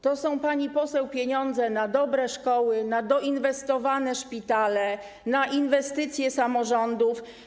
To są, pani poseł, pieniądze na dobre szkoły, na doinwestowane szpitale, na inwestycje samorządów.